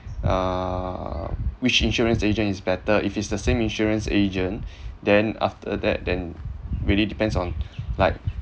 err which insurance agent is better if it's the same insurance agent then after that then really depends on like